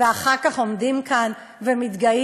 ואחר כך עומדים כאן ומתגאים.